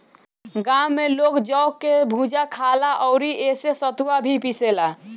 गांव में लोग जौ कअ भुजा खाला अउरी एसे सतुआ भी पिसाला